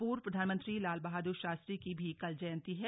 पूर्व प्रधानमंत्री लाल बहादुर शास्त्री की भी कल जयंती है